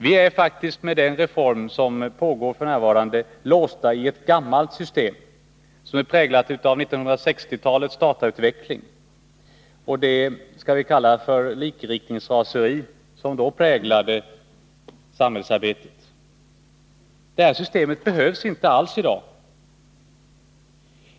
Vi är faktiskt med den reform som f. n. pågår låsta i ett gammalt system, som är präglat av 1960-talets datautveckling och det — skall vi kalla det så — likriktningsraseri som då präglade samhällsarbetet. Detta system behövs inte alls i dag.